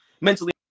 mentally